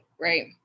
right